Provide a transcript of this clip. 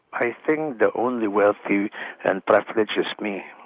i think the only wealthy and privileged is me.